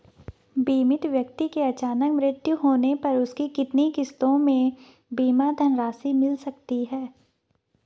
बीमित व्यक्ति के अचानक मृत्यु होने पर उसकी कितनी किश्तों में बीमा धनराशि मिल सकती है?